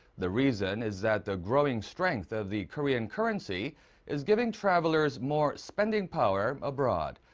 the reason is that the growing strength of the korean currency is giving travelers more spending power abroad.